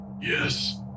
Yes